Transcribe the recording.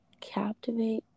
captivate